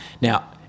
Now